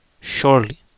surely